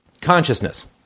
Consciousness